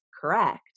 correct